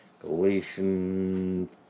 Galatians